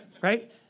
right